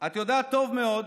את יודעת טוב מאוד,